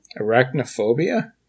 Arachnophobia